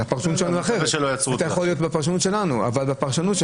הפרשנות שלנו אחרת, אבל לפי הפרשנות של